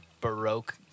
Baroque